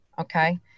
okay